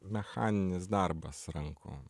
mechaninis darbas rankom